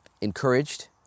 Encouraged